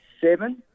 seven